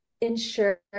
ensure